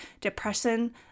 depression